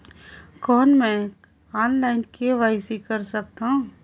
कौन मैं online KYC कर सकथव?